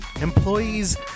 Employees